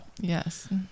Yes